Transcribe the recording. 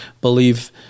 believe